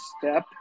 step